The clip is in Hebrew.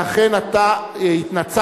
ואכן אתה התנצלת.